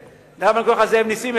למה אני קורא לך זאב נסים?